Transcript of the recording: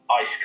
ice